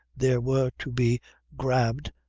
there were to be grabbed,